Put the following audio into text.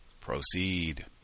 Proceed